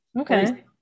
Okay